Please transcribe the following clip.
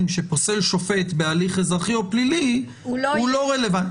שפוסל שופט בהליך אזרחי או פלילי הוא לא רלוונטי,